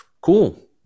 Cool